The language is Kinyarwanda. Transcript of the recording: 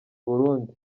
burundi